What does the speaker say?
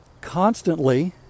constantly